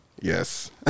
Yes